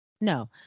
no